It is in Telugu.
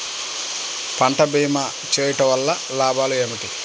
పంట భీమా చేయుటవల్ల లాభాలు ఏమిటి?